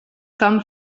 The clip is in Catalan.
com